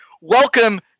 Welcome